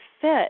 fit